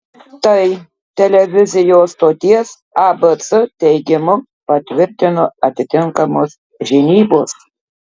tai televizijos stoties abc teigimu patvirtino atitinkamos žinybos